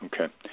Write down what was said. Okay